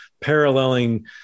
paralleling